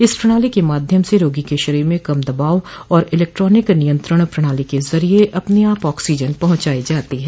इस प्रणाली के माध्यम से रोगी के शरीर में कम दवाब और इलेक्ट्रॉनिक नियंत्रण प्रणाली के जरिए अपने आप ऑक्सीजन पहुंचाई जाती है